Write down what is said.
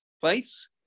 place